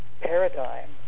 paradigm